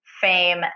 fame